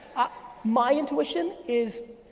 ah my intuition is